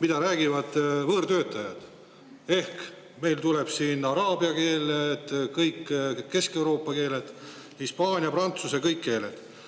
mida räägivad võõrtöötajad. Ehk meil tuleb siin araabia keel, kõik Kesk-Euroopa keeled, hispaania, prantsuse, kõik keeled.